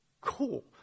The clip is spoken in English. Cool